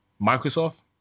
microsoft